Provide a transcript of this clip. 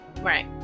Right